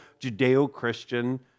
Judeo-Christian